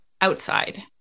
outside